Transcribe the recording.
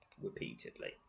repeatedly